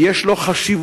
ויש לו חשיבות,